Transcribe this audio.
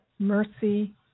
mercy